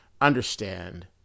understand